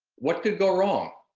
what could go wrong?